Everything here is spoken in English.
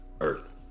Earth